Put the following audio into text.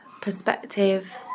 perspective